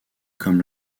comme